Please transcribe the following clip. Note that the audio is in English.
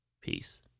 Peace